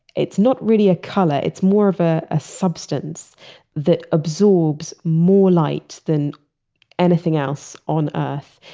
it's not really a color, it's more of ah a substance that absorbs more light than anything else on earth.